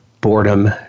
boredom